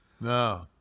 No